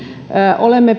olemme